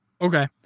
Okay